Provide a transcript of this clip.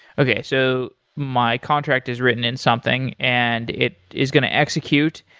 okay. so my contract is written in something and it is going to execute.